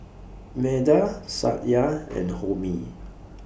Medha Satya and Homi